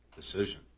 decision